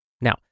Now